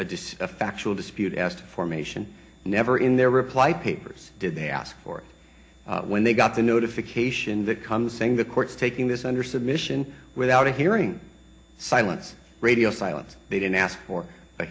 a just a factual dispute as to formation never in their reply papers did they ask for when they got the notification that comes saying the court's taking this under submission without a hearing silence radio silence they didn't ask for a